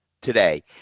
today